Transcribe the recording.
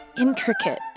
intricate